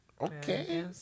Okay